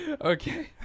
Okay